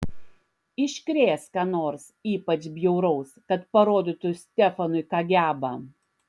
iškrės ką nors ypač bjauraus kad parodytų stefanui ką geba